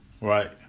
right